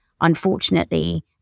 unfortunately